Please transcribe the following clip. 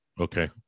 Okay